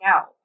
out